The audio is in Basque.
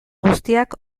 guztiak